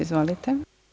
Izvolite.